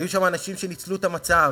היו שם אנשים שניצלו את המצב,